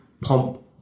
pump